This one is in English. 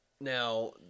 Now